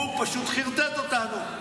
הוא פשוט חרטט אותנו.